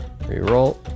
Reroll